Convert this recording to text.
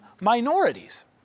minorities